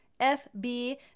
FB